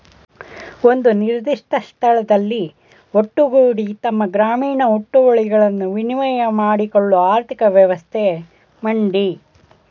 ಒಂದು ನಿರ್ದಿಷ್ಟ ಸ್ಥಳದಲ್ಲಿ ಒಟ್ಟುಗೂಡಿ ತಮ್ಮ ಗ್ರಾಮೀಣ ಹುಟ್ಟುವಳಿಗಳನ್ನು ವಿನಿಮಯ ಮಾಡ್ಕೊಳ್ಳೋ ಆರ್ಥಿಕ ವ್ಯವಸ್ಥೆ ಮಂಡಿ